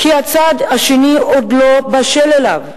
כי הצד השני עוד לא בשל אליו.